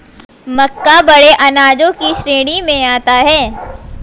मक्का बड़े अनाजों की श्रेणी में आता है